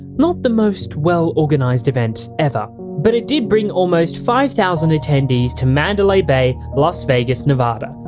not the most well organised event ever. but it did bring almost five thousand attendees to mandalay bay, las vegas, nevada,